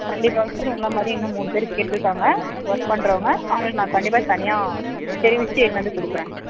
கண்டிப்பாங்க சார் உங்களை மாதிரியே இன்னும் மூணுப்பேர் கேட்டிருக்காங்க ஒர்க் பண்ணுறவங்க அவங்களுக்கு நான் கண்டிப்பாக தனியாக தெரிவிச்சுட்டு எடுத்துன்னு வந்து கொடுக்குறேன்